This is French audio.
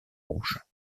rouges